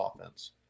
offense